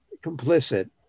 complicit